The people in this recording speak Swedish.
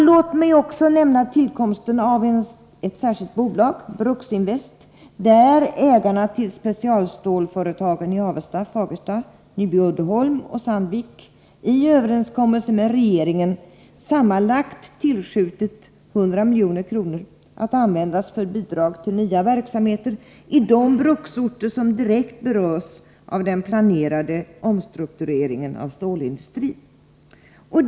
Låt mig också nämna tillkomsten av ett särskilt bolag, Bruksinvest, där ägarna till specialstålföretagen i Avesta, Fagersta, Nyby Uddeholm och Sandvik i en överenskommelse med regeringen tillskjutit sammanlagt 100 milj.kr. att användas för bidrag till nya verksamheter i de bruksorter som direkt berörs av den planerade omstruktureringen av stålindustrin.